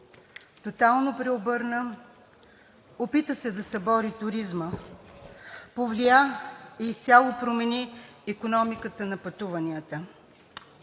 Тотално преобърна – опита се да събори туризма, повлия и изцяло промени икономиката на пътуванията.